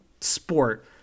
sport